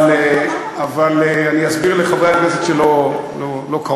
אבל אני אסביר לחברי הכנסת שלא קראו.